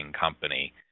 company